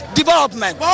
development